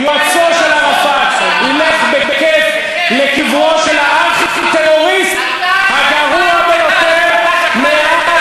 יועצו של ערפאת ילך בכיף לקברו של הארכי-טרוריסט הגרוע ביותר מאז,